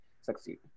succeed